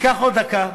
ייקח עוד דקה,